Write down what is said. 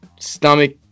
stomach